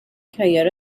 kyoto